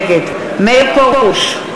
נגד מאיר פרוש,